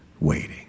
waiting